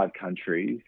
countries